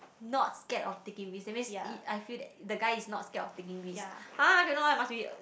not scared of taking risk that means I feel that the guy is not scared of taking risk !huh! I cannot eh must be